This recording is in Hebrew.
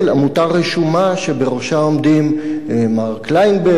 עמותה רשומה שבראשה עומדים מר קלינברג